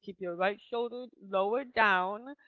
your right shoulder lowered down,